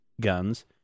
guns